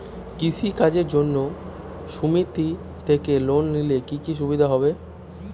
কৃষি কাজের জন্য সুমেতি থেকে লোন নিলে কি কি সুবিধা হবে?